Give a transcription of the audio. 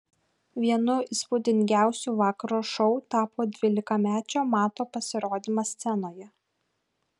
vienu įspūdingiausių vakaro šou tapo dvylikamečio mato pasirodymas scenoje